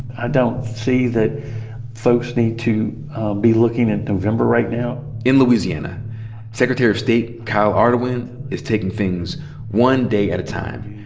i don't see that folks need to be looking at november right now. in louisiana secretary of state, kyle ardoin, is taking things one day at a time,